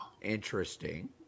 Interesting